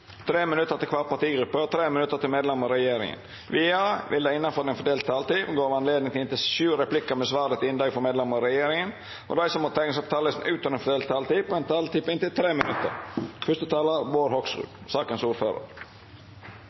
til kvar partigruppe og 3 minutt til medlemer av regjeringa. Vidare vil det – innanfor den fordelte taletida – verta gjeve anledning til inntil sju replikkar med svar etter innlegg frå medlemer av regjeringa, og dei som måtte teikna seg på talarlista utover den fordelte taletida, får også ei taletid på inntil